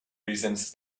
reasons